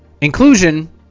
Inclusion